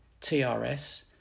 TRS